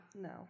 No